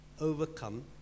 overcome